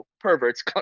perverts